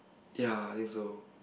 ya I think so